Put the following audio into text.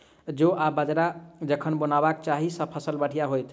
जौ आ बाजरा कखन बुनबाक चाहि जँ फसल बढ़िया होइत?